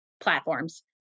platforms